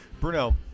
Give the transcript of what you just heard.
Bruno